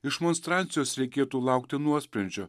iš monstrancijos reikėtų laukti nuosprendžio